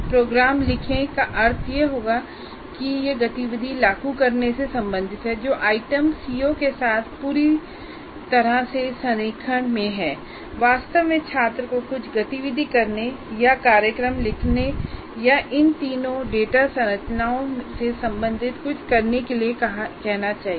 programme लिखें का अर्थ यह होगा कि यह गतिविधि लागू करने से संबंधित है जो आइटम सीओ के साथ पूरी तरह से संरेखण में हैं वास्तव में छात्र को कुछ गतिविधि करने या कार्यक्रम लिखने या इन तीन डेटा संरचनाओं से संबंधित कुछ करने के लिए कहना चाहिए